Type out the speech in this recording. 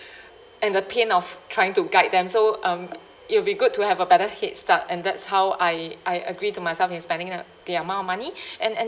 and the pain of trying to guide them so um it'll be good to have a better head start and that's how I I agree to myself in spending the the amount of money and